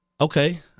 okay